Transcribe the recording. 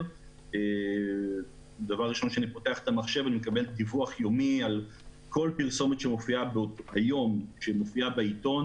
דיווח על כל פרסומת שמופיעה בעיתון,